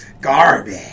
Garbage